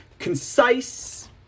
concise